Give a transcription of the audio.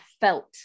felt